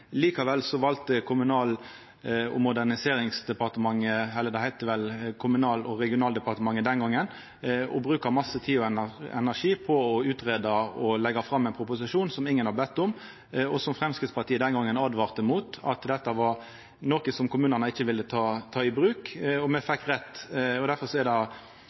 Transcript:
Likevel valde Kommunal- og moderniseringsdepartementet – det heitte vel Kommunal- og regionaldepartementet den gongen – å bruka mykje tid og energi på å utgreia og leggja fram ein proposisjon som ingen hadde bedt om, og som Framstegspartiet den gongen åtvara mot, at dette var noko som kommunane ikkje ville ta i bruk. Me fekk rett. Difor er det